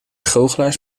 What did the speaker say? goochelaars